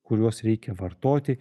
kuriuos reikia vartoti